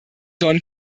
don